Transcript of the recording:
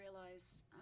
realize